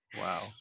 Wow